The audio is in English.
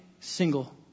single